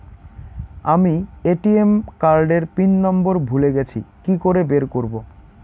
আমি ATM card এর pin number ভুলে গেছি কি করে বের করব?